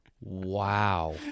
Wow